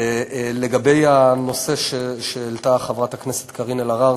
לגבי הנושא שהעלתה חברת הכנסת קארין אלהרר,